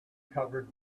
covered